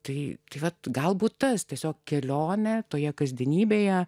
tai tuomet galbūt tas tiesiog kelionė toje kasdienybėje